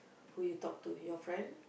who you talk to your friend